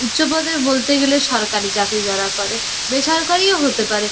উচ্চপদের বলতে গেলে সরকারি চাকরি যারা করে বেসরকারিও হতে পারে